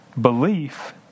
Belief